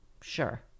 Sure